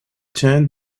turned